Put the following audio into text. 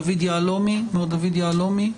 מר דוד יהלומי,